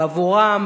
בעבורם,